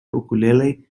ukulele